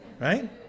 right